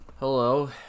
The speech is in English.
Hello